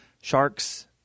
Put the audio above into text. sharks